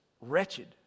wretched